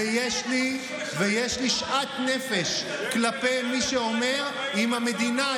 ויש לי שאט נפש כלפי מי שאומר: אם המדינה,